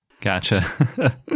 Gotcha